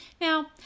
Now